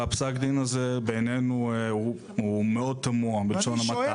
פסק הדין הזה בעינינו הוא מאוד תמוהה בלשון המעטה.